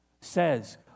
says